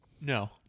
No